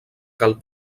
cal